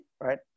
right